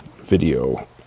video